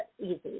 easy